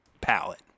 palette